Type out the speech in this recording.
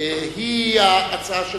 והבה הוא ההצעה שלך.